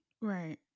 Right